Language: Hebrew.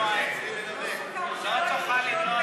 היא לא צריכה למנוע,